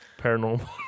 paranormal